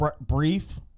brief